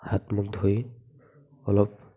হাত মুখ ধুই অলপ